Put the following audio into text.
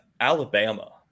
Alabama